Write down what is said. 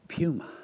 Puma